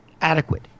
adequate